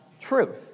truth